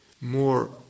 More